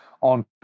on